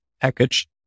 package